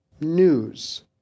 news